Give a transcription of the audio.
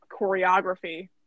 choreography